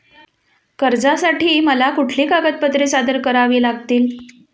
कर्जासाठी मला कुठली कागदपत्रे सादर करावी लागतील?